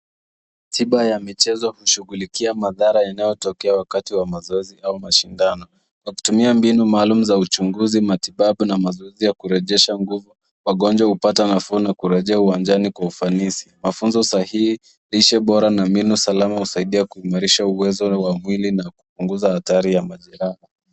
Tiba ya michezo hushugulikia madhara yanayotokea wakati wa mazoezi au mashindano. Wakitumia mbinu maalum za uchunguzi matibabu na mazoezi ya kurejesha nguvu, wagonjwa hupata nafuu na kurejea uwanjani kwa ufanisi. Mafunzo sahihi lishe bora na mbinu salama husaidia uwezo wa mwili na kupunguza hatari ya majeraha.